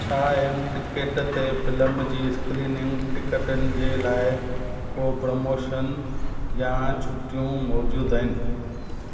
छा एमटिकट ते फ़िल्म जी स्क्रीनिंग टिकटनि जे लाइ को प्रमोशन या छूटियूं मौजूदु आहिनि